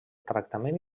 tractament